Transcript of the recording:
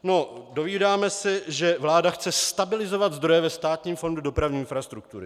No, dovídáme se, že vláda chce stabilizovat zdroje ve Státním fondu dopravní infrastruktury.